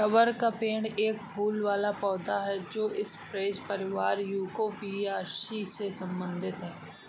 rubber का पेड़ एक फूल वाला पौधा है जो स्परेज परिवार यूफोरबियासी से संबंधित है